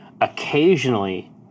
occasionally